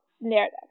narrative